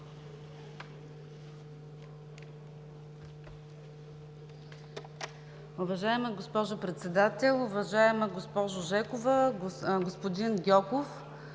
Благодаря.